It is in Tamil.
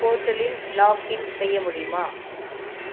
போர்ட்டலின் லாக்கின் செய்ய முடியுமா